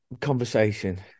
conversation